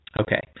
Okay